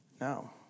No